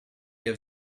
have